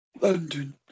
London